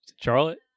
Charlotte